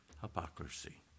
hypocrisy